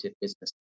business